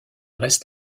reste